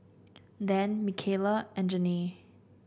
Dan Mikaila and Janae